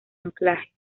anclaje